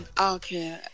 Okay